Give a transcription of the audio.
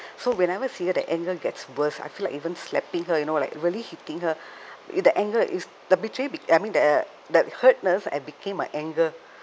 so whenever see her the anger gets worse I feel even slapping her you know like really hitting her the anger is the betrayal be I mean the the hurtness had became a anger